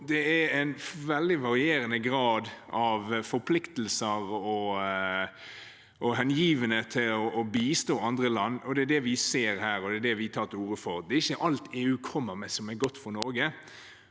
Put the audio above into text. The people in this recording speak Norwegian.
altså en veldig varierende grad av forpliktelser og hengivenhet til å bistå andre land, og det er det vi ser her og tar til orde for. Det er ikke alt EU kommer med som er godt for Norge,